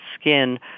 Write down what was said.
skin